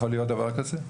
יכול להיות דבר כזה?